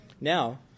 Now